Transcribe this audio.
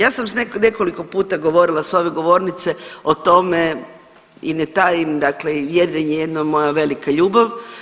Ja sam nekoliko puta govorila s ove govornice o tome i ne tajim dakle i jedrenje je jedno moja velika ljubav.